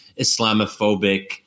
Islamophobic